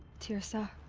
teersa.